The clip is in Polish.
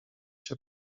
się